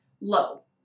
low